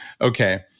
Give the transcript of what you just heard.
Okay